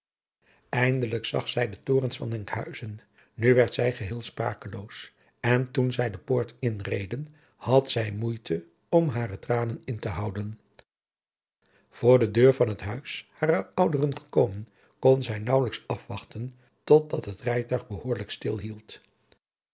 eindelijk zag zij de torens van enkhuizen nu werd zij geheel sprakeloos en toen zij de poort inreden had zij moeite om hare tranen in te houden voor de deur van het huis harer ouderen gekomen kon zij naauwelijks afwachten totdat het rijtuig behoorlijk stil